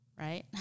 right